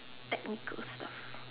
technical stuff